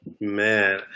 Man